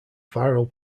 viral